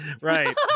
right